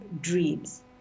dreams